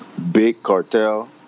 BigCartel